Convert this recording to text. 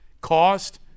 cost